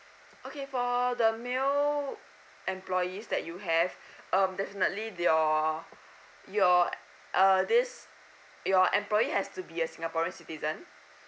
okay for the male employees that you have um definitely your your uh this your employee has to be a singaporean citizen